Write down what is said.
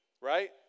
Right